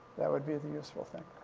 that would be the useful thing.